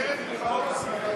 את מלחמות ישראל,